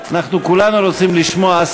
אנחנו כולנו רוצים לשמוע.